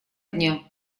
дня